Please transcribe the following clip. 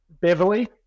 Beverly